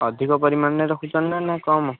ଅଧିକ ପରିମାଣରେ ରଖୁଛନ୍ତି ନା କମ୍